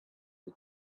the